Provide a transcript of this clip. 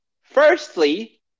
firstly